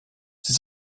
sie